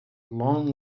long